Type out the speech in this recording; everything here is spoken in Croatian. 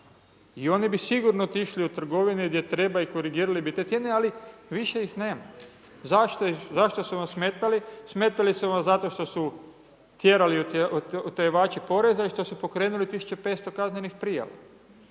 i oni bi sigurno otišli u trgovine i gdje treba i korigirali bi te cijene, ali više ih nema. zašto su vam smetali? Smetali su vam zato što su tjerali utjerivači poreza i što su pokrenuli 1500 kaznenih prijava.